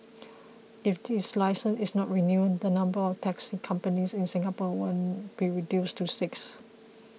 if its licence is not renewed the number of taxi companies in Singapore will be reduced to six